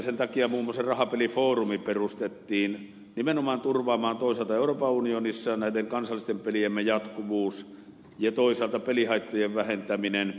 sen takia muun muassa rahapelifoorumi perustettiin nimenomaan turvaamaan toisaalta näiden kansallisten peliemme jatkuvuus euroopan unionissa ja toisaalta pelihaittojen vähentäminen